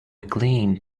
clean